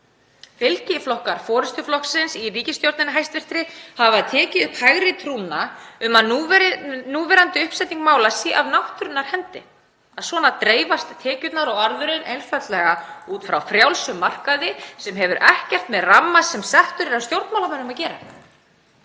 Fylgiflokkar forystuflokksins í ríkisstjórn hafa tekið upp hægri trúna um að núverandi uppsetning mála sé svona af náttúrunnar hendi, að svona dreifist tekjurnar og arðurinn einfaldlega út frá frjálsum markaði sem hefur ekkert með ramma sem settur er af stjórnmálamönnum að gera.